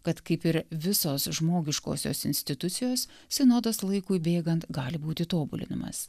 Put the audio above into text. kad kaip ir visos žmogiškosios institucijos sinodas laikui bėgant gali būti tobulinimas